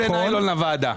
אני מבקש ניילון לוועדה.